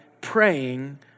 praying